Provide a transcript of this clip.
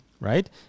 right